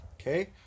Okay